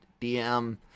DM